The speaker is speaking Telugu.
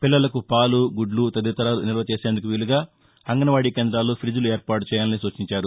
పిల్లలకు పాలు గుడ్లు తదితరాలు నిల్వ చేసేందుకు వీలుగా అంగన్వాడీ కేంద్రాల్లో థ్రిజ్లు ఏర్పాటు చేయాలని సూచించారు